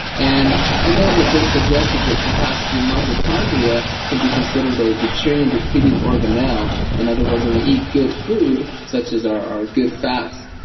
and i know it had been suggested that perhaps the mitochondria can be considered a deuterium-depleting organelle. in other words, when we eat good food such as our our good fats,